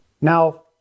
Now